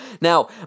Now